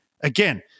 again